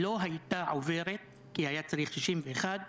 לא הייתה עוברת כי היה צריך 61,